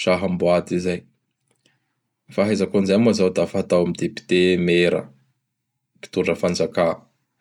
Sahamboady izay. Fahaizako an'izay moa izao da fatao amin'y Député, Mera, Mpitondra fanjakà.